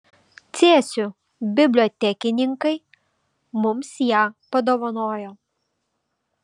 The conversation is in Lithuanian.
cėsių bibliotekininkai mums ją padovanojo